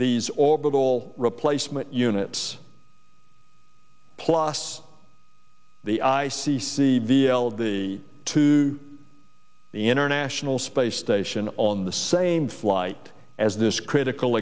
these orbital replacement units plus the i c c d l the to the international space station on the same flight as this critical